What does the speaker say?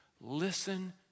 Listen